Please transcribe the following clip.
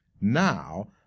Now